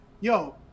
yo